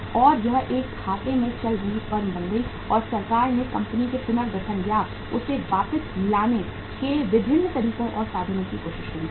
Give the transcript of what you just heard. और यह एक घाटे में चल रही फर्म बन गई और सरकार ने कंपनी के पुनर्गठन या उसे वापस लाने के विभिन्न तरीकों और साधनों की कोशिश की